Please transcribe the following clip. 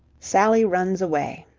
sally runs away